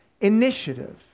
initiative